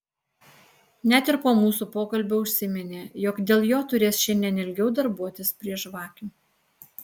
net ir po mūsų pokalbio užsiminė jog dėl jo turės šiandien ilgiau darbuotis prie žvakių